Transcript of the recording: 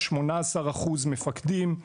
18% מפקדים.